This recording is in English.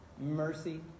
mercy